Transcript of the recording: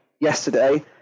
yesterday